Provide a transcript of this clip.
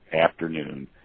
afternoon